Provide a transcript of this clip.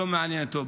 לא מעניין אותו.